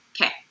okay